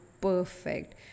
perfect